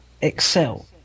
excel